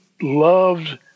loved